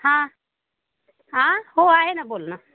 हां हां हो आहे ना बोल ना